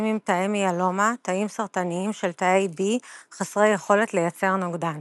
עם תאי מיאלומה - תאים סרטניים של תאי B חסרי יכולת לייצר נוגדן.